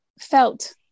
felt